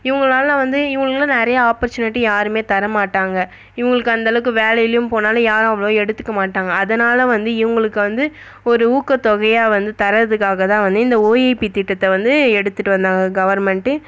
இவங்களால வந்து இவங்களுக்குலாம் நிறையா ஆப்பர்சூனிட்டி யாருமே தர மாட்டாங்க இவங்களுக்கு அந்தளவுக்கு வேலையிலையும் போனாலும் யாரும் அவ்ளோவாக எடுத்துக்க மாட்டாங்க அதனால் வந்து இவங்களுக்கு வந்து ஒரு ஊக்கத் தொகையாக வந்து தரதுக்காக தான் வந்து இந்த ஓஏபி திட்டத்தை வந்து எடுத்துகிட்டு வந்தாங்க கவர்மெண்ட்டு